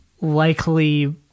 likely